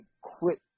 quit